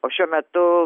o šiuo metu